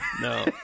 No